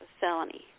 felony